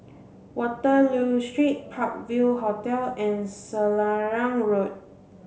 Waterloo Street Park View Hotel and Selarang Road